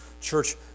church